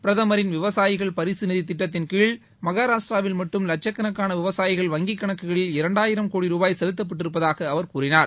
பிரதமரின் விவசாயிகள் பரிசு நிதி திட்டத்தின்கீழ் மகாராஷ்டிராவில் மட்டும் வட்சக்கணக்கான விவசாயிகள் வங்கிக் கணக்குகளில் இரண்டாயிரம் கோடி ரூபாய் செலுத்தப்பட்டிருப்பதாக அவர் கூறினார்